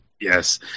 yes